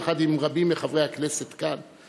יחד עם רבים מחברי הכנסת כאן,